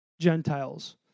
Gentiles